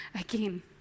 again